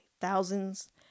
thousands